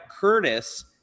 Curtis